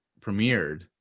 premiered